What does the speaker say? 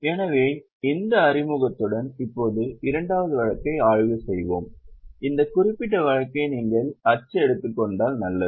எனவே இந்த அறிமுகத்துடன் இப்போது இரண்டாவது வழக்கை ஆய்வு செய்வோம் இந்த குறிப்பிட்ட வழக்கை நீங்கள் அச்சு எடுத்துக் கொண்டால் நல்லது